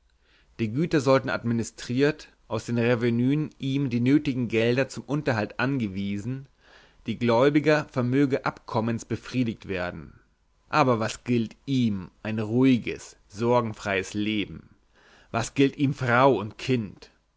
die güter sollten administriert aus den revenüen ihm die nötigen gelder zum unterhalt angewiesen die gläubiger vermöge abkommens befriedigt werden aber was gilt ihm ein ruhiges sorgenfreies leben was gilt ihm frau und kind